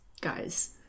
guys